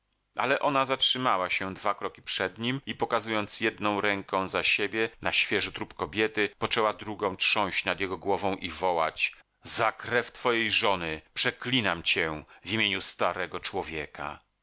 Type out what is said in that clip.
ale ona zatrzymała się dwa kroki przed nim i pokazując jedną ręką za siebie na świeży trup kobiety poczęła drugą trząść nad jego głową i wołać za krew twojej żony przeklinam cię w imieniu starego człowieka